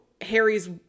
Harry's